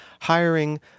hiring